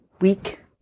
week